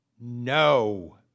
No